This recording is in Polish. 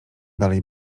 dalej